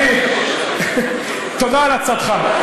אני, תודה על עצתך.